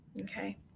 Okay